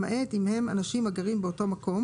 למעט אם הם אנשים הגרים באותו מקום,